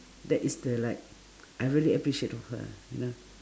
that is the like I really appreciate of her you know